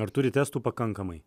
ar turit testų pakankamai